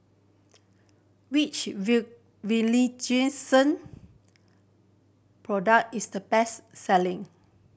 which product is the best selling